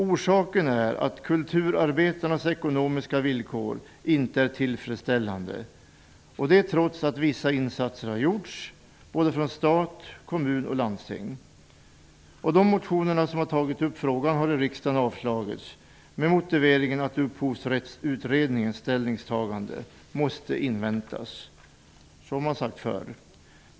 Orsaken är att kulturarbetarnas ekonomiska villkor inte är tillfredsställande trots att vissa insatser har gjorts från såväl stat och kommuner som landsting. De motioner som tagit upp frågan har avslagits av riksdagen med motiveringen att Upphovsrättsutredningens ställningstagande måste inväntas. Så har man sagt förut.